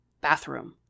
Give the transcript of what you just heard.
Bathroom